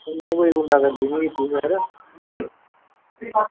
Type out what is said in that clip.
sir में कोई गुंडागर्दी थोह्ड़े कीती सर